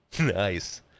Nice